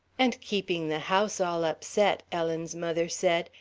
and keeping the house all upset, ellen's mother said,